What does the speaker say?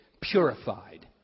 Purified